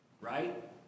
right